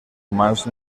humans